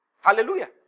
Hallelujah